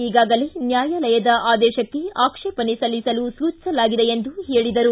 ಈಗಾಗಲೇ ನ್ನಾಯಾಲಯದ ಆದೇಶಕ್ಕೆ ಆಕ್ಷೇಪಣೆ ಸಲ್ಲಿಸಲು ರಾಜ್ಯದ ಸೂಚಿಸಲಾಗಿದೆ ಎಂದು ಹೇಳಿದರು